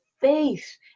faith